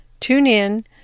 TuneIn